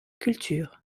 cultures